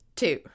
two